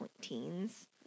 teens